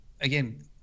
again